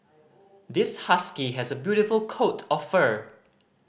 this husky has a beautiful coat of fur